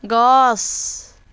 গছ